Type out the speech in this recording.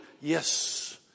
yes